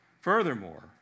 Furthermore